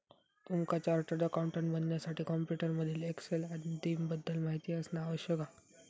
तुमका chartered accountant बनण्यासाठी computer मधील एक्सेल आदीं बद्दल माहिती असना आवश्यक हा